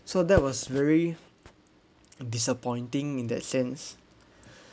so that was very disappointing in that sense